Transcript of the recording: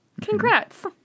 congrats